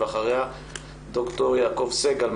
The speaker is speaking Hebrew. ואחריה ד"ר יעקב סגל,